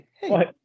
hey